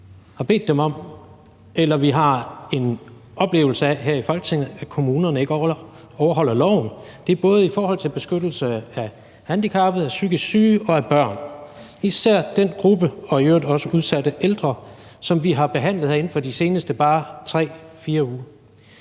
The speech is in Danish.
vi har bedt dem om, eller at vi har en oplevelse af her i Folketinget, at kommunerne ikke overholder loven. Det kan være i forhold til beskyttelse af handicappede, af psykisk syge og af børn, især den gruppe, som vi har behandlet her inden for de seneste bare 3-4 uger,